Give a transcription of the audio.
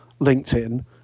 LinkedIn